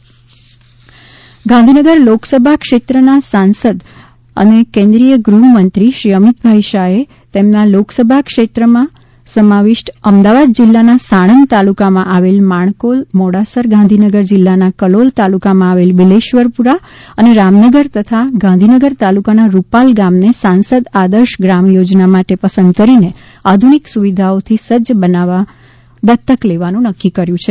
ગાંધીનગર ગાંધીનગર લોકસભા ક્ષેત્રના સાંસદશ્રી અને કેન્દ્રીય ગૃહમંત્રી શ્રી અમિતભાઈ શાહે તેમના લોકસભા ક્ષેત્રમાં સમાવિષ્ટ અમદાવાદ જિલ્લાના સાણંદ તાલુકામાં આવેલ માણકોલ મોડાસર ગાંધીનગર જિલ્લાના કલોલ તાલુકામાં આવેલ બિલેશ્વરપુરા અને રામનગર તથા ગાંધીનગર તાલુકાનાં રૂપાલ ગામને સાંસદ આદર્શ ગ્રામ યોજના માટે પસંદ કરીને આધુનિક સુવિધાઓથી સુસજ્જ બનાવવા દ્તક લેવાનું નક્કી કર્યું છે